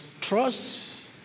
trust